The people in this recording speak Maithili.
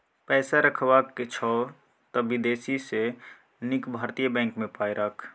पैसा रखबाक छौ त विदेशी सँ नीक भारतीय बैंक मे पाय राख